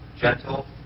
gentle